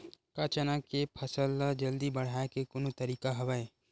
का चना के फसल ल जल्दी बढ़ाये के कोनो तरीका हवय?